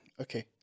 okay